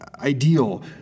ideal